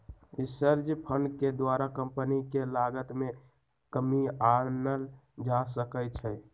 research fund के द्वारा company के लागत में कमी आनल जा सकइ छै